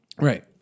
Right